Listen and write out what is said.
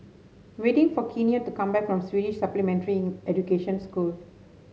waiting for Kenia to come back from Swedish Supplementary Education School